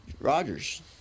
Rogers